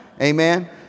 amen